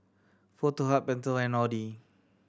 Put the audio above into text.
Foto Hub Pentel and Audi